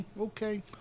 okay